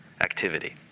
activity